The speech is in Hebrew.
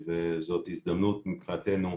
זאת הזדמנות מבחינתנו,